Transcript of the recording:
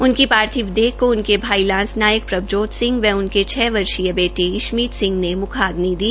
उनकी पार्थिव देह को उनके भाई लांस नायक प्रभजोत सिंह व उनके छ वर्षीय बेटे इश्मीत सिह ने म्खाग्नी दी